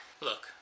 Look